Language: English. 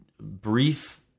brief